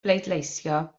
bleidleisio